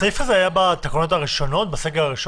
הסעיף הזה היה בתקנות הראשונות, בסגר הראשון?